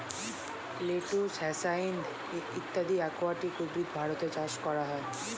lettuce, hyacinth ইত্যাদি aquatic উদ্ভিদ ভারতে চাষ করা হয়